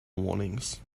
warnings